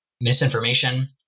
misinformation